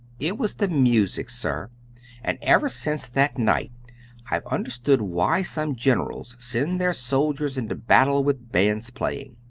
it was the music, sir and ever since that night i've understood why some generals send their soldiers into battle with bands playing.